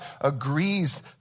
agrees